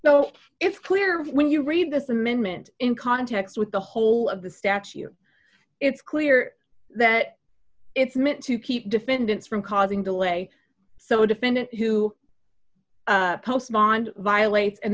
no it's clear when you read this amendment in context with the whole of the statue it's clear that it's meant to keep defendants from causing delay so a defendant who post bond violates and